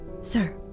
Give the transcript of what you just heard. sir